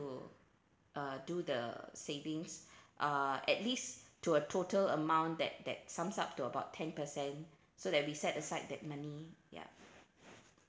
uh do the savings uh at least to a total amount that that sums up to about ten percent so that we set aside that money ya